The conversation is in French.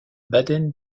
baden